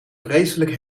vreselijk